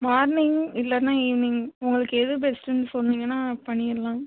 morning இல்லைனா evening உங்களுக்கு எது பெஸ்ட்டுன்னு சொன்னிங்கன்னால் பண்ணிடலாங்